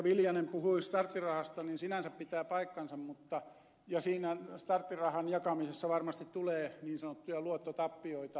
viljanen puhui starttirahasta sinänsä pitää paikkansa ja siinä starttirahan jakamisessa varmasti tulee niin sanottuja luottotappioita